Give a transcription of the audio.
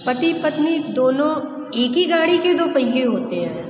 पति पत्नी दोनों एक ही गाड़ी के दो पहिए होते हैं